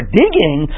digging